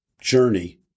journey